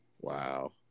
Wow